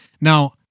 Now